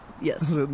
yes